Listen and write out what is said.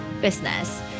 business